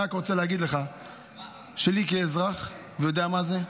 אני רק רוצה להגיד לך שאני כאזרח יודע מה זה.